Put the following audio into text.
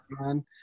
on